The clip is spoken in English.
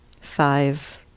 five